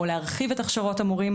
או להרחיב את הכשרות המורים,